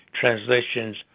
translations